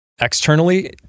Externally